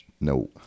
no